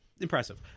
impressive